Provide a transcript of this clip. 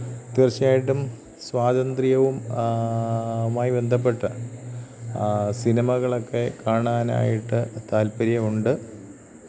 തീർച്ചയായിട്ടും സ്വാതന്ത്ര്യവു മായി ബന്ധപ്പെട്ട സിനിമകളൊക്കെ കാണാനായിട്ട് താല്പര്യവുമുണ്ട്